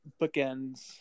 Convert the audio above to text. bookends